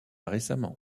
récemment